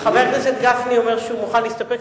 חבר הכנסת גפני אומר שהוא מוכן להסתפק.